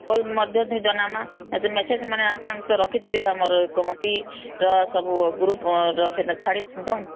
କଲ ମଧ୍ୟମେ ଜନାମା ମେସେଜ୍ ମାନେ ଆପଣ ତ ରଖିଥିବେ ଆମର କମିଟି ର ସବୁ ଗ୍ରୁପର ସେଟା ଛାଡ଼ି ଥିବି ତ